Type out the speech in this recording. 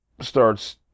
starts